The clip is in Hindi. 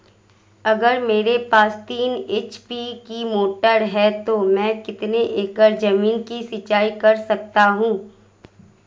अगर मेरे पास तीन एच.पी की मोटर है तो मैं कितने एकड़ ज़मीन की सिंचाई कर सकता हूँ?